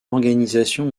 organisation